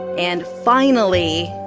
and finally.